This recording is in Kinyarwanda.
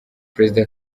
perezida